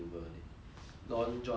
Long John Silver